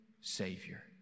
Savior